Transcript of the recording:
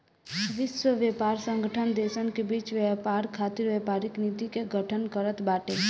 विश्व व्यापार संगठन देसन के बीच व्यापार खातिर व्यापारिक नीति के गठन करत बाटे